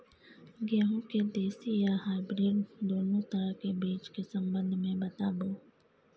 गेहूँ के देसी आ हाइब्रिड दुनू तरह के बीज के संबंध मे बताबू?